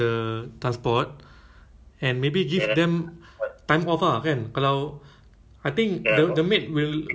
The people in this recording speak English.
I think it it it's not about legal or illegal ah because um as long the maid